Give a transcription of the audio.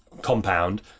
compound